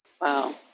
Wow